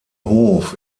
hof